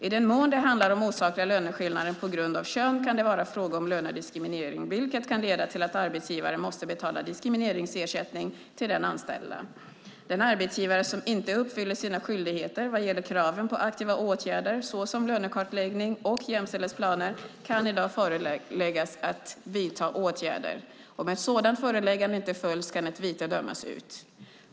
I den mån det handlar om osakliga löneskillnader på grund av kön kan det vara fråga om lönediskriminering vilket kan leda till att arbetsgivaren måste betala diskrimineringsersättning till den anställda. Den arbetsgivare som inte uppfyller sina skyldigheter vad gäller kraven på aktiva åtgärder såsom lönekartläggning och jämställdhetsplaner kan i dag föreläggas att vidta åtgärder. Om ett sådant föreläggande inte följs kan ett vite dömas ut.